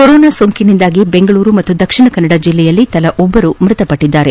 corona ಸೋಂಕಿನಿಂದಾಗಿ ಬೆಂಗಳೂರು ಮತ್ತು ದಕ್ಷಿಣ ಕನ್ನಡ ಜಿಲ್ಲೆಯಲ್ಲಿ ತಲಾ ಒಬ್ಬರು ಮೃತಪಟ್ಟಿದ್ದಾರೆ